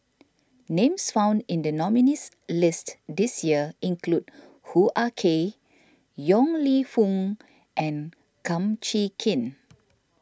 names found in the nominees' list this year include Hoo Ah Kay Yong Lew Foong and Kum Chee Kin